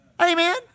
Amen